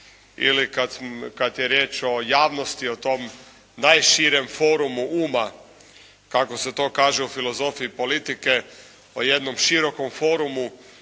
ili kad je riječ o javnosti, o tom najširem forumu uma kako se to kaže u filozofiji politike, o jednom širokom forumu